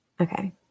Okay